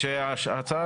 השאלה